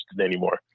anymore